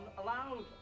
allowed